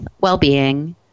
well-being